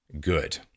good